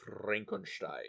Frankenstein